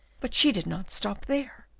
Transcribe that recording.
but she did not stop there.